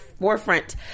forefront